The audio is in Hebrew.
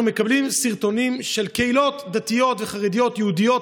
אנחנו מקבלים סרטונים של קהילות דתיות וחרדיות יהודיות